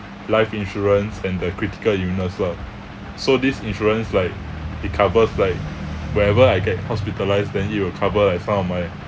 life insurance and the critical illness lah so this insurance like it recovers like wherever I get hospitalised than it will cover and fund my